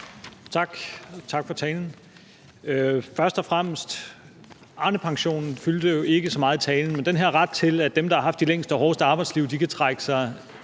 Tak. Og tak for talen. Først og fremmest vil jeg sige, at Arnepensionen jo ikke fyldte så meget i talen – den her ret til, at dem, der har haft det længste og hårdeste arbejdsliv, kan trække sig